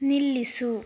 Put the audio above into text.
ನಿಲ್ಲಿಸು